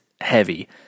heavy